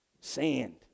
Sand